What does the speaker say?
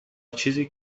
چیزی